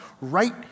right